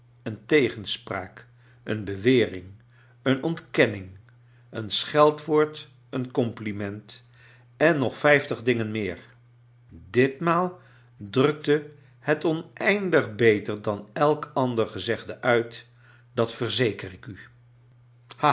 een tegen spraak een bewering een ontkenning een scheldwoord een rompliment en nog vijf tig dingen meer ditmaal drukte het oneindig beter dan elk ander gezegde uit dat verzeker ik u